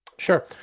Sure